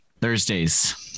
Thursdays